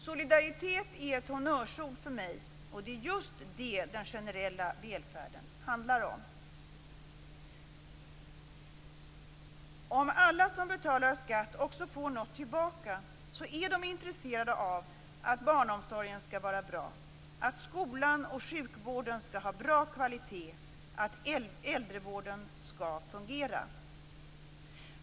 Solidaritet är ett honnörsord för mig, och det är just det den generella välfärden handlar om. Om alla som betalar skatt också får något tillbaka är de intresserade av att barnomsorgen skall vara bra, att skolan och sjukvården skall ha bra kvalitet, att äldrevården skall fungera.